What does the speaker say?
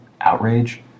Outrage